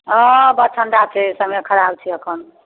हँ बड्ड ठंडा छै समय खराब छै एखन